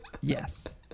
Yes